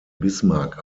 bismarck